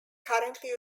currently